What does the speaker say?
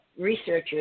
researchers